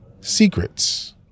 secrets